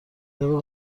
طبق